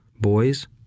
boys